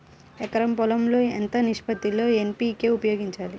ఎకరం పొలం లో ఎంత నిష్పత్తి లో ఎన్.పీ.కే ఉపయోగించాలి?